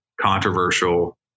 controversial